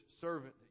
servant